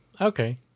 Okay